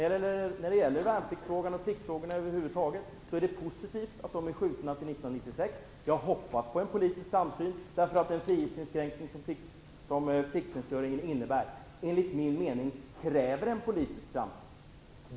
Det är positivt att värnpliktsfrågan och pliktfrågorna över huvud taget är framskjutna till år 1996. Jag hoppas på en politisk samsyn. Den frihetsinskränkning som en plikttjänstgöring innebär kräver enligt min mening en politisk samsyn.